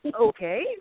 okay